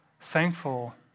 thankful